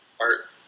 art